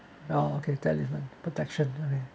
oh okay telephone protection